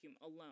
alone